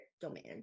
domain